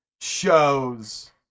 shows